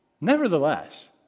Nevertheless